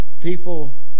people